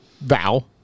vow